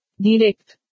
Direct